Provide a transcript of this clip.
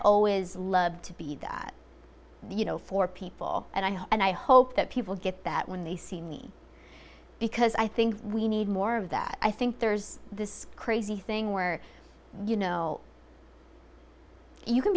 always loved to be that you know for people and i hope and i hope that people get that when they see me because i think we need more of that i think there's this crazy thing where you know you can